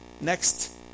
next